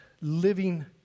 living